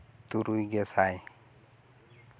ᱛᱩᱨᱩᱭ ᱜᱮ ᱥᱟᱭ